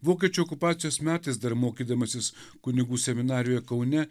vokiečių okupacijos metais dar mokydamasis kunigų seminarijoje kaune